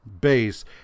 base